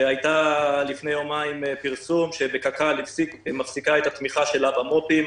לפני יומיים היה פרסום שקק"ל מפסיקה את התמיכה שלה במו"פים.